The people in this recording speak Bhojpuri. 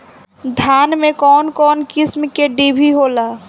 धान में कउन कउन किस्म के डिभी होला?